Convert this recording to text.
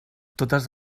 totes